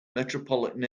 metropolitan